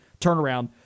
turnaround